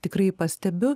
tikrai pastebiu